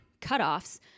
cutoffs